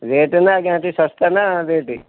rate ନା ଆଜ୍ଞା ସେଠି ଶସ୍ତା ନା ରେଟ୍